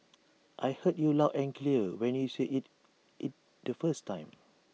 I heard you loud and clear when you said IT it the first time